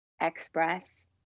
express